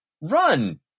run